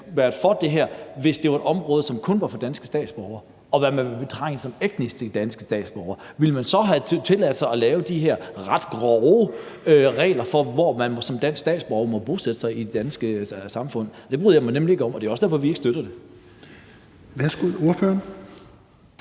hvis det var et område, som kun var for danske statsborgere, og hvad man vil betegne som etnisk danske statsborgere. Ville man så have tilladt sig at lave de her ret grove regler for, hvor man som dansk statsborger må bosætte sig i det danske samfund? Det bryder jeg mig nemlig ikke om, og det er også derfor, vi ikke støtter det. Kl. 16:29 Fjerde